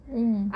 mm